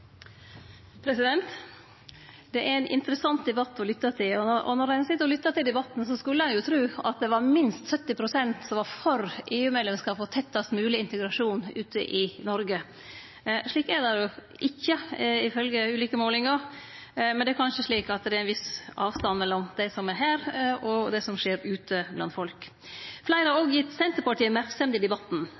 interessant debatt å lytte til. Og når ein sit og lyttar til debatten, skulle ein tru at det var minst 70 pst. ute i Noreg som var for EU-medlemsskap og tettast mogleg integrasjon. Slik er det jo ikkje, ifølgje ulike målingar, men det er kanskje slik at det er ein viss avstand mellom dei som er her, og det som skjer ute blant folk. Fleire har òg gitt Senterpartiet merksemd i debatten.